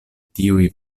tiuj